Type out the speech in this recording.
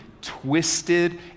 twisted